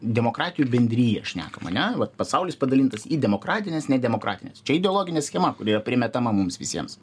demokratijų bendrija šnekam ane va pasaulis padalintas į demokratines nedemokratines ideologinė schema kuri yra primetama mums visiems